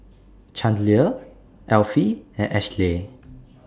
Chandler Elfie and Ashleigh